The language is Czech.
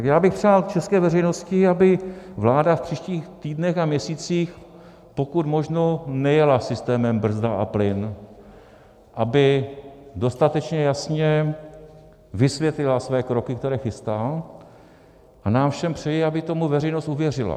Já bych přál české veřejnosti, aby vláda v příštích týdnech a měsících pokud možno nejela systémem brzda a plyn, aby dostatečně jasně vysvětlila své kroky, které chystá, a nám všem přeji, aby tomu veřejnost uvěřila.